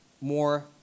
more